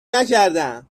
نکردم